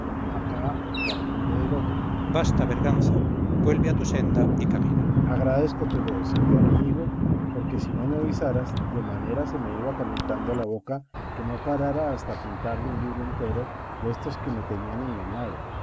acá el caramillo del otro cipión basta berganza vuelve a tu senda y camina berganza agradézcotelo cipión amigo porque si no me avisaras de manera se me iba calentando la boca que no parara hasta pintarte un libro entero destos que me tenían engañado